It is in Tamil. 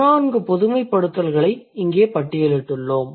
14 பொதுமைப்படுத்தல்களை இங்கே பட்டியலிட்டுள்ளோம்